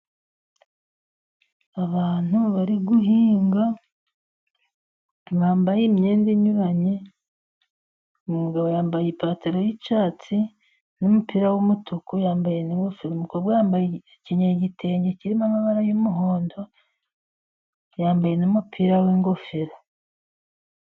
Abantu bari guhinga bambaye imyenda inyuranye, umugabo yambaye ipantaro y'icyatsi, n'umupira w'umutuku yambaye n'ingofero, umukobwa akenyeye igitenge kirimo amabara y'umuhondo yambaye n'umupira w'ingofero.